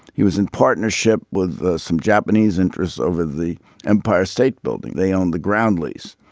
he was in partnership with some japanese interests over the empire state building. they owned the groundlings.